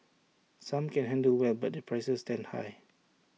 some can handle well but their prices stand high